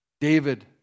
David